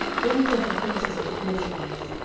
then said the princes of the philistines,